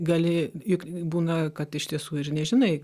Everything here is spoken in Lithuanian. gali juk būna kad iš tiesų ir nežinai